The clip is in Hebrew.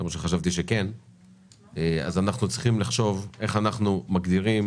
אז אנחנו צריכים לחשוב איך אנחנו מגדירים